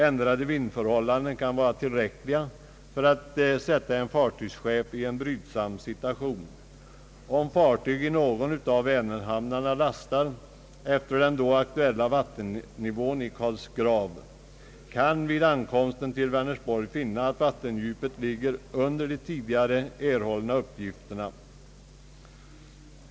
Ändrade vindförhållanden kan vara tillräckliga för att sätta en fartygschef i en brydsam situation. Om fartyget i någon av Vänerhamnarna lastar efter den då aktuella vattennivån i kanalen Karlsgrav, kan fartygschefen vid ankomsten till Vänersborg finna att vattendjupet ligger under de tidigare erhållna uppgifterna.